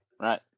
right